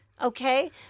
Okay